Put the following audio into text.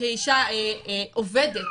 כאישה עובדת,